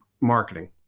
marketing